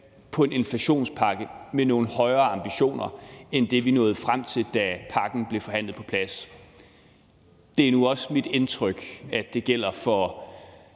på en inflationspakke med nogle højere ambitioner end det, vi nåede frem til, da pakken blev forhandlet på plads. Det er nu også mit indtryk, at det gælder for